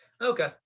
Okay